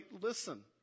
listen